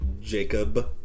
Jacob